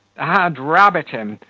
add rabbit him!